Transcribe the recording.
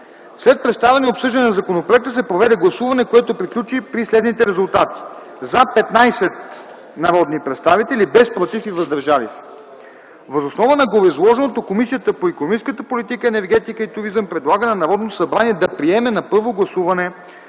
След представяне и обсъждане на законопроекта се проведе гласуване, което приключи при следните резултати: „за” – 15 народни представители, без „против” и „въздържали се”. Въз основа на гореизложеното Комисията по икономическата политика, енергетика и туризъм предлага на Народното събрание да приеме на първо гласуване